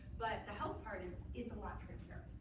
but the health part is is a lot trickier.